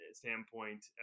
standpoint